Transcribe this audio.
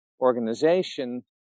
organization